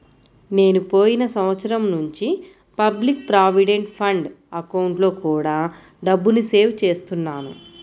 నేను పోయిన సంవత్సరం నుంచి పబ్లిక్ ప్రావిడెంట్ ఫండ్ అకౌంట్లో కూడా డబ్బుని సేవ్ చేస్తున్నాను